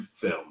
film